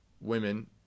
women